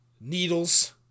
Needles